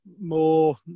more